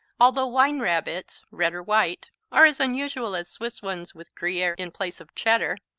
although wine rabbits, red or white, are as unusual as swiss ones with gruyere in place of cheddar,